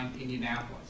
Indianapolis